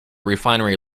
refinery